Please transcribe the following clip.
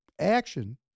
action